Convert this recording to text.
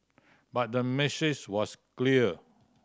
but the message was clear